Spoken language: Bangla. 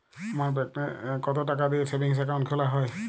আপনার ব্যাংকে কতো টাকা দিয়ে সেভিংস অ্যাকাউন্ট খোলা হয়?